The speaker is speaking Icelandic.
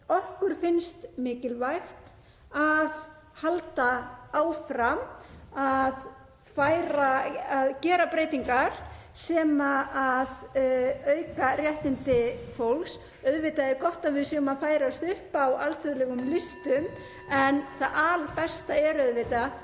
okkur finnst mikilvægt að halda áfram að gera breytingar sem auka réttindi fólks. Auðvitað er gott að við séum að færast upp á alþjóðlegum listum (Forseti hringir.)